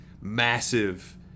massive